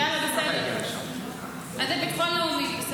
יאללה, בסדר, אז לביטחון לאומי.